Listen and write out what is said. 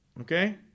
Okay